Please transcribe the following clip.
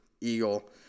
eagle